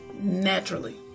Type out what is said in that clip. naturally